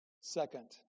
Second